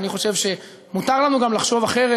אני חושב שמותר לנו גם לחשוב אחרת.